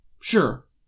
Sure